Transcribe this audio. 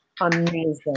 amazing